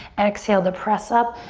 exhale to press up,